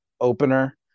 opener